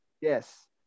yes